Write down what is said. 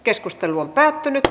keskustelua ei syntynyt